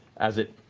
as it